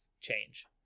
change